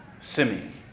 Simeon